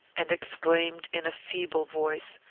and exclaimed, in a feeble voice,